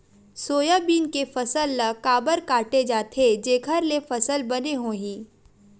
Soybean के फसल ल काबर काटे जाथे जेखर ले फसल बने होही?